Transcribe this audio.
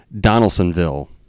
Donaldsonville